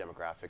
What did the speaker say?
demographic